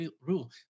rule